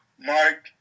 Mark